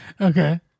Okay